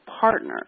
partner